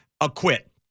acquit